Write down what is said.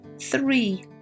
three